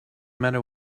matter